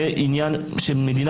זה עניין של מדינת ישראל.